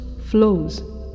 flows